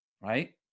right